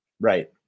right